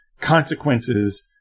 consequences